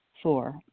Four